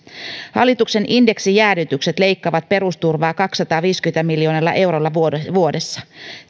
hallituksen indeksijäädytykset leikkaavat perusturvaa kahdellasadallaviidelläkymmenellä miljoonalla eurolla vuodessa